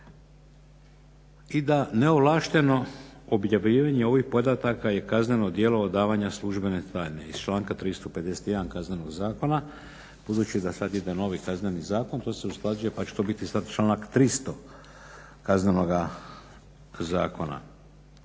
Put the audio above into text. I da neovlašteno objavljivanje ovih podataka je kazneno djelo odavanja službene tajne iz članka 351. Kaznenog zakona, budući da sad ide novi Kazneni zakon, to se usklađuje pa će to biti sad članak 300. Kaznenoga zakona.